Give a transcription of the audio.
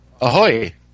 Ahoy